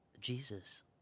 Jesus